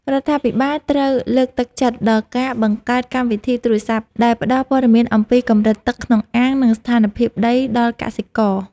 រដ្ឋាភិបាលត្រូវលើកទឹកចិត្តដល់ការបង្កើតកម្មវិធីទូរស័ព្ទដែលផ្តល់ព័ត៌មានអំពីកម្រិតទឹកក្នុងអាង និងស្ថានភាពដីដល់កសិករ។